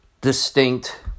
distinct